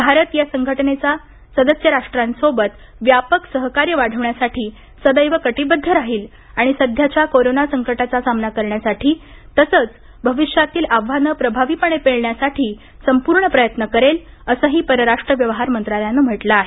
भारत या संघटनेच्या सदस्य राष्ट्रांसोबत व्यापक सहकार्य वाढवण्यासाठी सदैव कटिबद्ध राहील आणि सध्याच्या कोरोना संकटाचा सामना करण्यासाठी तसंच भविष्यातील आव्हानं प्रभावीपणे पेलण्यासाठी संपूर्ण प्रयत्न करेल असंही परराष्ट्र व्यवहार मंत्रालयानं म्हटलं आहे